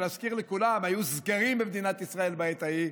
להזכיר לכולם, היו סגרים במדינת ישראל בעת היא,